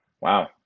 wow